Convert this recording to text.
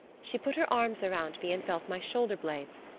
she put her arms around me and felt my shoulder blades,